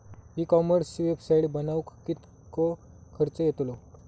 E कॉमर्सची website बनवक किततो खर्च येतलो?